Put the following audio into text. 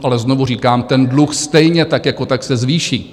Ale znovu říkám, ten dluh stejně, tak jako tak, se zvýší.